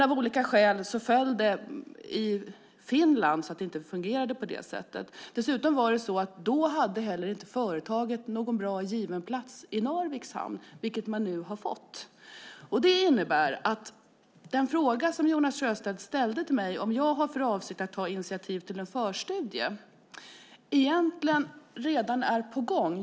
Av olika skäl föll det i Finland så att det inte kunde fungera på det sättet. Dessutom hade företaget inte en given plats i Narviks hamn, vilket det nu har fått. Detta innebär att det som Jonas Sjöstedt frågade om, ifall jag har för avsikt att ta initiativ till en förstudie, egentligen redan är på gång.